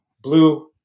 blue